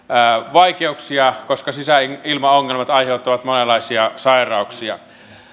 vaikeuksia koska sisäilmaongelmat aiheuttavat monenlaisia sairauksia